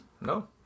no